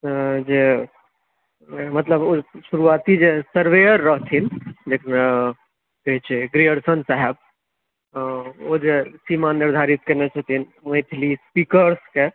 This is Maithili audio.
जे मतलब ओ शुरुआती जे सरवेअर रहथिन की कहैत छै ग्रेअर्सन साहब ओ जे सीमा निर्धारित कयने छथिन मैथिली स्पीकर्सके